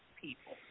people